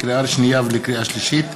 לקריאה שנייה ולקריאה שלישית,